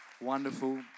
wonderful